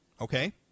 okay